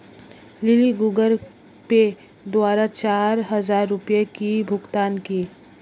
lily Google Pay द्वारा चार हजार रुपए की भुगतान की